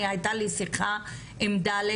הייתה לי שיחה עם ד'